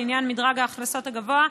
לעניין מדרגת ההכנסה הגבוהה,